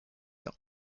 ans